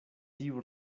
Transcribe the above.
tiu